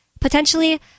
potentially